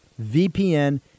VPN